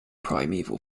primeval